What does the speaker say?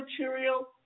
material